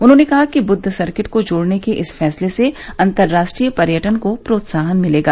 उन्होंने कहा कि बुद्व सर्किट को जोड़ने के इस फैसले से अंतर्राष्ट्रीय पर्यटन को प्रोत्साहन मिलेगा